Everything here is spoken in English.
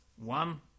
One